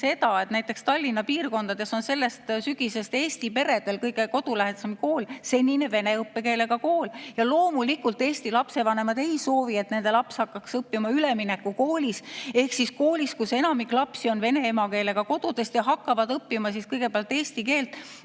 et näiteks Tallinna piirkondades on sellest sügisest eesti peredel kõige kodulähedasem kool senine vene õppekeelega kool. Loomulikult eesti lapsevanemad ei soovi, et nende laps hakkaks õppima üleminekukoolis ehk koolis, kus enamik lapsi on vene emakeelega kodudest ja hakkavad õppima kõigepealt eesti keelt.